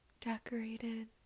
decorated